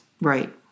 Right